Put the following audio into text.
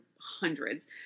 hundreds